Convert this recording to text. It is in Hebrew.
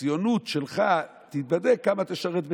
הציונות שלך תיבדק בכמה תשרת בצה"ל.